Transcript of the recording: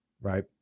right